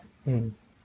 mm